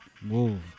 Move